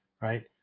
right